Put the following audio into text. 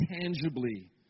tangibly